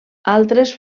altres